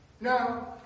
Now